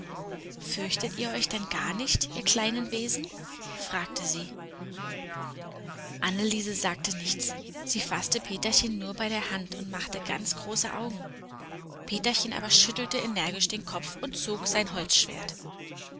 fürchtet ihr euch denn gar nicht ihr kleinen wesen fragte sie anneliese sagte nichts sie faßte peterchen nur bei der hand und machte ganz große augen peterchen aber schüttelte energisch den kopf und zog sein holzschwert